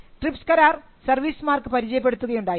TRIPS കരാർ service mark പരിചയപ്പെടുത്തുകയുണ്ടായി